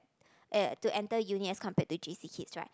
eh to enter uni as compared to J_C kids right